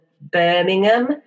Birmingham